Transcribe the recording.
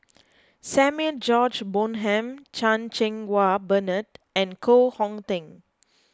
Samuel George Bonham Chan Cheng Wah Bernard and Koh Hong Teng